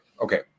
okay